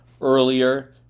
earlier